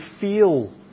feel